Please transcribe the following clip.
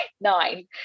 nine